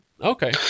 Okay